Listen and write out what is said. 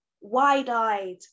wide-eyed